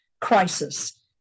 crisis